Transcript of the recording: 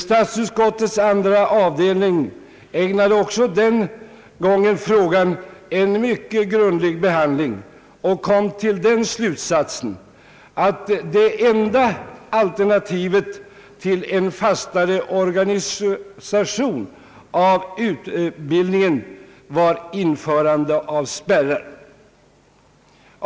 Statsutskottets andra avdelning ägnade också den gången frågan en mycket grundlig behandling och kom till den slutsatsen, att det enda alternativet till en fastare organisation av utbildningen var införande av spärrar.